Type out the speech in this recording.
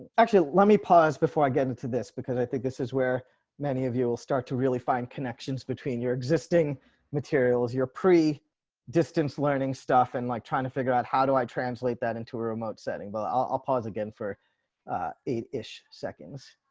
actually let me pause before i get into this because i think this is where many of you will start to really find connections between your existing materials, your pre reshan richards distance learning stuff and like trying to figure out how do i translate that into a remote setting, but i'll pause again for eight ish seconds.